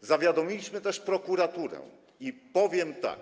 Zawiadomiliśmy też prokuraturę i powiem tak: